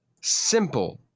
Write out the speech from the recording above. simple